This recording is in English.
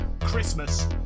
Christmas